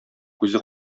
күзе